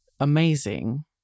Amazing